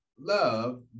Love